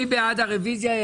מי בעד קבלת הרוויזיה?